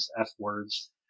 f-words